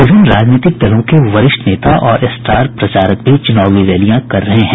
विभिन्न राजनीतिक दलों के वरिष्ठ नेता और स्टार प्रचारक भी चुनावी रैलियां कर रहे हैं